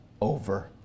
over